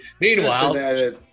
Meanwhile